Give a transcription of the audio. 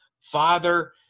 Father